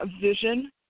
vision